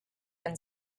and